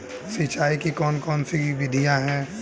सिंचाई की कौन कौन सी विधियां हैं?